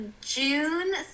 June